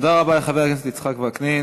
תודה רבה לחבר הכנסת יצחק וקנין.